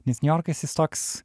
nes niujorkas jis toks